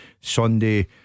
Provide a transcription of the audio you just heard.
Sunday